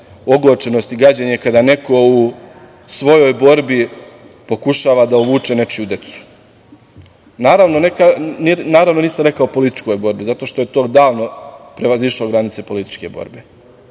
ogorčenost i gađenje kada neko u svojoj borbi pokušava da uvuče nečiju decu. Naravno, nisam rekao političkoj borbi zato što je to davno prevazišlo granice političke borbe.